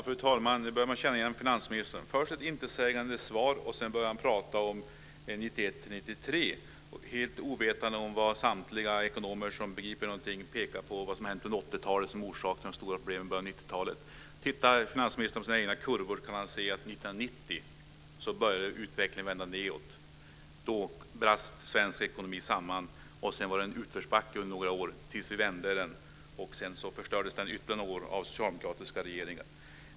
Fru talman! Nu börjar man känna igen finansministern. Först kommer ett intetsägande svar, och sedan börjar han prata om 1991-1993 - helt ovetande om vad samtliga ekonomer som begriper någonting pekar på när det gäller vad som har hänt under 80 talet som orsaken till de stora problemen i början av 90-talet. Tittar finansministern på sina egna kurvor så kan han se att utvecklingen började vända nedåt 1990. Då brast svensk ekonomi och föll samman, och sedan var det en utförsbacke under några år till dess att vi vände den. Sedan förstördes den under ytterligare några år av den socialdemokratiska regeringen.